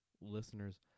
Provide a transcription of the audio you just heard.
listeners